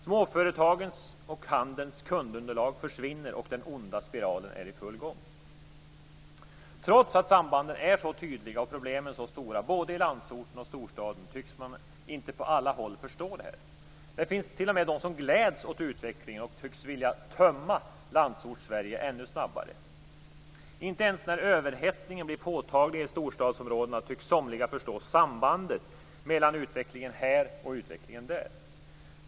Småföretagens och handelns kundunderlag försvinner, och den onda spiralen är i gång. Trots att sambanden är så tydliga och problemen så stora både i landsorten och i storstäderna tycks man inte på alla håll förstå detta. Det finns t.o.m. de som gläds åt utvecklingen och tycks vilja tömma Landsortssverige ännu snabbare. Inte ens när överhettningen blir påtaglig i storstadsområdena tycks somliga förstå sambandet mellan utvecklingen här och utvecklingen där.